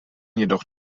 jedoch